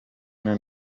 the